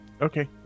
Okay